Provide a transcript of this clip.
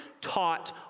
taught